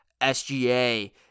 SGA